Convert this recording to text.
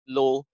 low